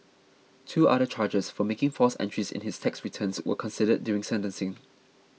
two other charges for making false entries in his tax returns were considered during sentencing